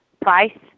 Price